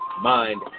mind